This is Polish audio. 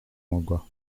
mogła